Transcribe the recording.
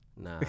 Nah